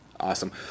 Awesome